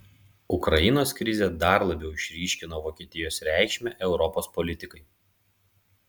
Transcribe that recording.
ukrainos krizė dar labiau išryškino vokietijos reikšmę europos politikai